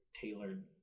tailored